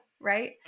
right